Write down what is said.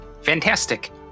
fantastic